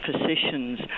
physicians